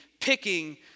picking